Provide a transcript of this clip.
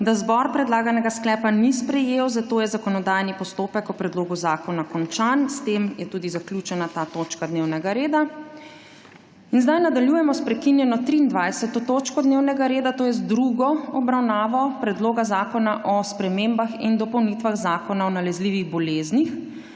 da zbor predlaganega sklepa ni sprejel, zato je zakonodajni postopek o predlogu zakona končan. S tem zaključujem to točko dnevnega reda. Nadaljujemo prekinjeno 23. točko dnevnega reda – druga obravnava Predloga zakona o spremembah in dopolnitvah Zakona o nalezljivih boleznih